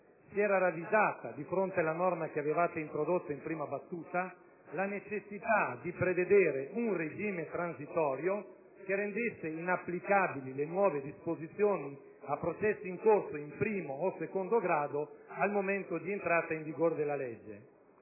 dei conti, di fronte alla norma che avevate introdotto in prima battuta, si era ravvisata la necessità di prevedere un regime transitorio che rendesse inapplicabili le nuove disposizioni a processi in corso in primo o in secondo grado al momento di entrata in vigore della legge.